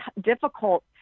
difficult